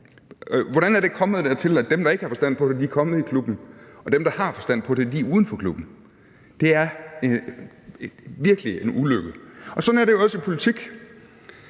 Hvordan er det kommet dertil, at dem, der ikke har forstand på det, er kommet i klubben, og dem, der har forstand på det, er uden for klubben? Det er virkelig en ulykke. Sådan er det jo også i politik,